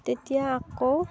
তেতিয়া আকৌ